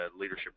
leadership